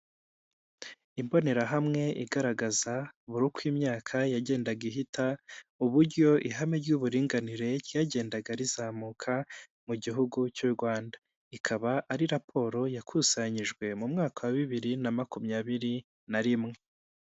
Imbonerahamwe igaragaza buri uko imyaka yagendaga ihita uburyo ihame ryuburinganire ryagendaga rizamuka mu gihugu cy'u Rwanda. Ikaba ari raporo yakusanyijwe mu mwaka wa bibiri na makumyabiri na rimwe.